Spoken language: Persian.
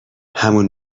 همون